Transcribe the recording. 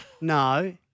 No